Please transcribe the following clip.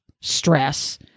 stress